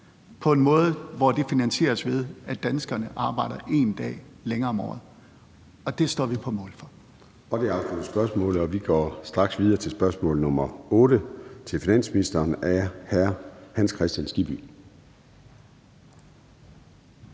på den måde, at det finansieres ved, at danskerne arbejder en dag længere om året, og det står vi på mål for. Kl. 13:56 Formanden (Søren Gade): Dermed er spørgsmålet afsluttet. Vi går straks videre til spørgsmål nr. 8 til finansministeren af hr. Hans Kristian Skibby.